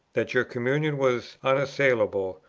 that your communion was unassailable,